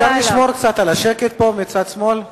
אפשר לשמור קצת על השקט מצד שמאל?